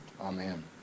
Amen